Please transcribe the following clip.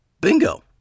Bingo